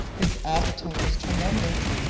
his appetite is tremendous,